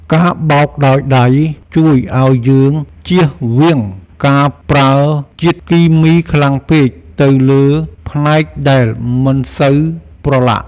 ការបោកដោយដៃជួយឱ្យយើងចៀសវាងការប្រើជាតិគីមីខ្លាំងពេកទៅលើផ្នែកដែលមិនសូវប្រឡាក់។